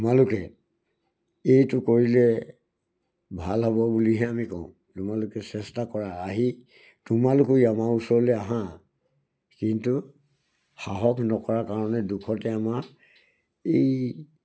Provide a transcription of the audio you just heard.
তোমালোকে এইটো কৰিলে ভাল হ'ব বুলিহে আমি কওঁ তোমালোকে চেষ্টা কৰা আহি তোমালোকো আমাৰ ওচৰলৈ আহা কিন্তু সাহস নকৰা কাৰণে দুখতে আমাৰ এই